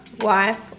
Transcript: wife